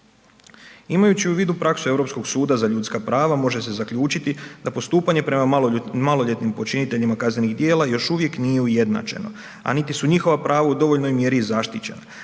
Imajući u vidu praksu Europskog suda za ljudska prava, može se zaključiti da postupanje prema maloljetnim počiniteljima kaznenih djela još uvijek nije ujednačeno, a niti su njihova prava u dovoljnoj mjeri zaštićena.